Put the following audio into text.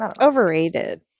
Overrated